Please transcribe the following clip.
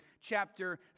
chapter